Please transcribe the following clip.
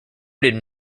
did